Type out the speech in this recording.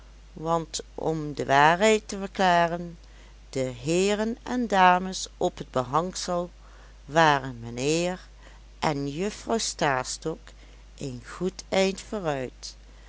want om de waarheid te verklaren de heeren en dames op t behangsel waren mijnheer en juffrouw stastok een goed eind vooruit